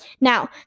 Now